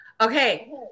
Okay